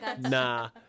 Nah